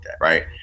right